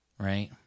right